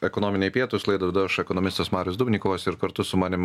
ekonominiai pietūs laidą vedu aš ekonomistas marius dubnikovas ir kartu su manim